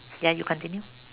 ya you continue